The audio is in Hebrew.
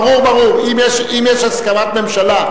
עברה בקריאה טרומית,